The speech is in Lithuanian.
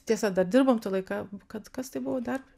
tiesa dar dirbom tą laiką kad kas tai buvo dar